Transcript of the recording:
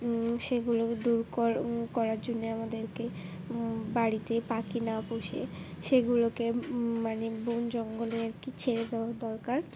সেগুলোকে দূর কর করার জন্যে আমাদেরকে বাড়িতে পাখি না পুষে সেগুলোকে মানে বন জঙ্গলে আর কি ছেড়ে দেওয়া দরকার